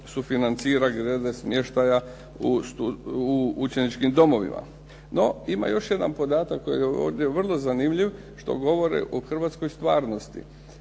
sufinancira glede smještaja u učeničkim domovima. No, ima još jedan podatak koji je ovdje vrlo zanimljiv što govori o hrvatskoj stvarnosti.